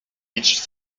each